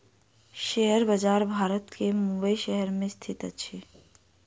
share बजार भारत के मुंबई शहर में स्थित अछि